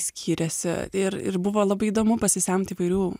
skyrėsi ir ir buvo labai įdomu pasisemti įvairių